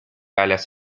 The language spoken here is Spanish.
alas